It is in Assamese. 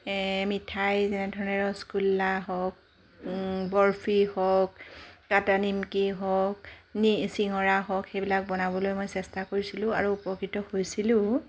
মিঠাই যেনেধৰণে ৰচগুল্লা হওঁক বৰফি হওঁক কাটা নিমকি হওঁক নি চিঙৰা হওঁক সেইবিলাক বনাবলৈ মই চেষ্টা কৰিছিলোঁ আৰু উপকৃত হৈছিলোও